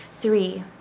Three